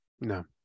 No